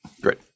great